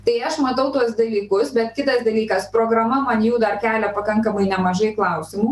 tai aš matau tuos dalykus bet kitas dalykas programa man jų dar kelia pakankamai nemažai klausimų